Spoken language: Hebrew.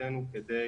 שביכולתנו כדי